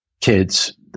kids